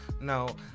No